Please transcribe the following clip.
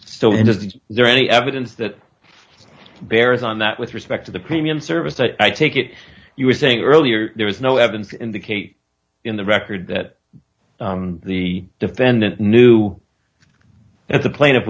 that there any evidence that bears on that with respect to the premium service i take it you were saying earlier there was no evidence to indicate in the record that the defendant knew that the pla